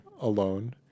alone